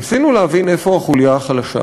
ניסינו להבין איפה החוליה החלשה,